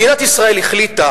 מדינת ישראל החליטה